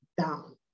down